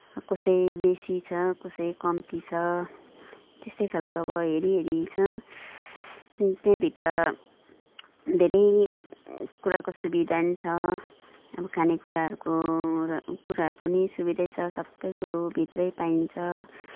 कसै बेसी छ कसै कम्ती छ त्यस्तै खालको अब हेरी हेरी छ त्यहाँभित्र धेरै कुराको सुविधा पनि छ अब खानेकुराहरूको कुराहरूको पनि सुविधै छ सबै कुरो भित्रै पाइन्छ